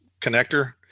connector